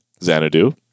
Xanadu